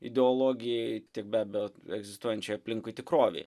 ideologijai tiek be abejo egzistuojančiai aplinkui tikrovei